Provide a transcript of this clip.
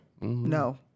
No